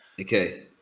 Okay